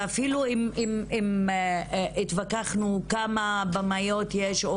ואפילו אם התווכחנו כמה במאיות יש או